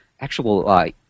actual